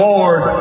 Lord